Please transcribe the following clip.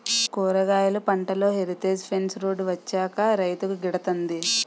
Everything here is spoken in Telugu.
కూరగాయలు పంటలో హెరిటేజ్ ఫెన్స్ రోడ్ వచ్చాక రైతుకు గిడతంది